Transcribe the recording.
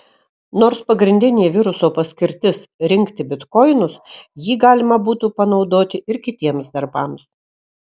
nors pagrindinė viruso paskirtis rinkti bitkoinus jį galima būtų panaudoti ir kitiems darbams